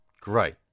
Great